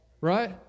Right